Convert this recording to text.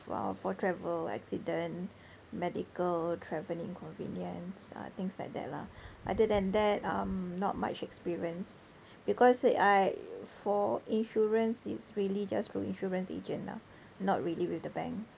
for for travel accident medical travel inconvenience uh things like that lah other than that um not much experience because I for insurance it's really just through insurance agent lah not really with the bank